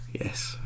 Yes